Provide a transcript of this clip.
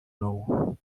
know